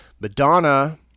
Madonna